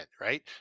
Right